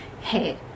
hey